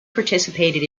participated